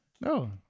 no